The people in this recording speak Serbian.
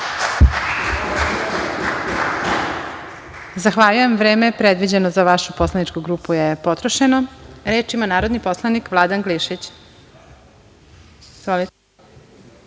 Zahvaljujem. Vreme predviđeno za vašu poslaničku grupu je potrošeno. Reč ima narodni poslanik Vladan